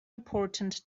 important